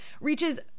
reaches